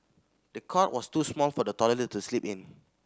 the cot was too small for the toddler to sleep in